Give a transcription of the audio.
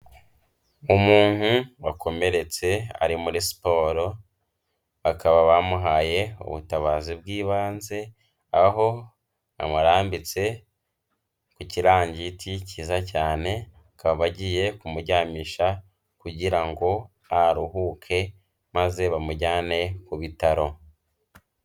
Umuntu wakomeretse ari muri siporo, bakaba bamuhaye ubutabazi bw'ibanze, aho bamurambitse ku kirangiti cyiza cyane, bakaba bagiye kumuryamisha kugira ngo aruhuke maze bamujyane ku bitaro.